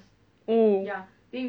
oh